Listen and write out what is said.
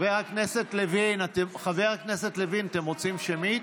חבר הכנסת לוין, אתם רוצים שמית?